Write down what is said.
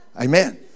Amen